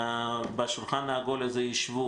בשולחן העגול הזה יישבו,